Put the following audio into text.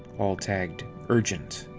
all tagged urgent.